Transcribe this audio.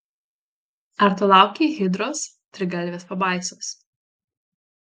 ar tu laukei hidros trigalvės pabaisos